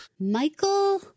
Michael